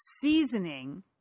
Seasoning